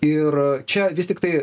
ir čia vis tiktai